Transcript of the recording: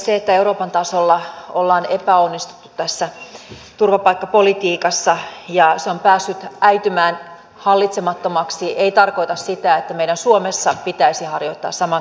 se että euroopan tasolla ollaan epäonnistuttu tässä turvapaikkapolitiikassa ja se on päässyt äitymään hallitsemattomaksi ei tarkoita sitä että meidän suomessa pitäisi harjoittaa samankaltaista politiikkaa